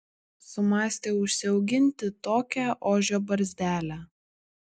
sumąstė užsiauginti tokią ožio barzdelę